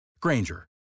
Granger